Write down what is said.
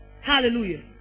Hallelujah